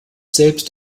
selbst